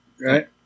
right